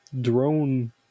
drone